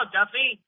Duffy